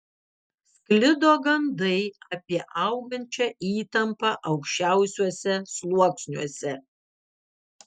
sklido gandai apie augančią įtampą aukščiausiuose sluoksniuose